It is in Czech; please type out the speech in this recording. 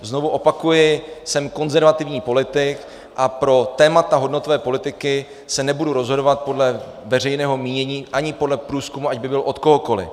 Znovu opakuji, jsem konzervativní politik a pro témata hodnotové politiky se nebudu rozhodovat podle veřejného mínění ani podle průzkumu, ať by byl od kohokoli.